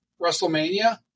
Wrestlemania